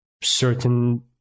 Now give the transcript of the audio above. certain